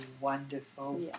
wonderful